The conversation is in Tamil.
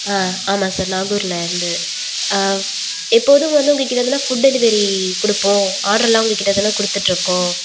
ஆ ஆமாம் சார் நாகூரிலருந்து எப்போதும் வந்து உங்கள் கிட்டேயிருந்துதான் ஃபுட் டெலிவரி கொடுப்போம் ஆடரெலாம் உங்கள் கிட்டே தானே கொடுத்துட்ருக்கோம்